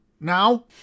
Now